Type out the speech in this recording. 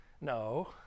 no